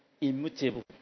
immutable